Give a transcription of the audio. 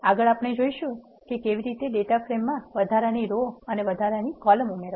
આગળ આપણે જોઈશું કે કેવી રીતે ડેટા ફ્રેમમાં વધારાની રો અને કોલમ ઉમેરવા